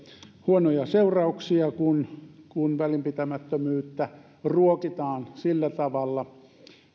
huonoja seurauksia kun kun välinpitämättömyyttä ruokitaan sillä tavalla